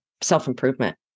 self-improvement